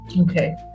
Okay